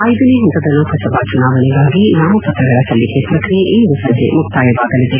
ಐದನೇ ಹಂತದ ಲೋಕಸಭಾ ಚುನಾವಣೆಗಾಗಿ ನಾಮಪತ್ರಗಳ ಸಲ್ಲಿಕೆ ಪ್ರಕ್ರಿಯೆ ಇಂದು ಸೆಂಜೆ ಮುಕ್ಕಾಯವಾಗಲಿದೆ